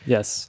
Yes